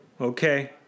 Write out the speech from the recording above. okay